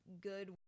good